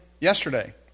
yesterday